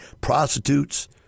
prostitutes